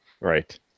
Right